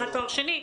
אחת תואר שני,